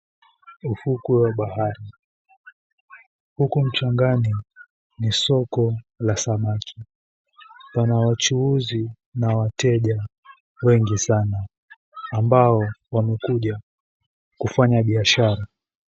Ufukwe wa bahari huku mchangani ni soko la samaki. Pana wachuuzi na wateja wengi sana ambao wamekuja kufanya biashara.